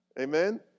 Amen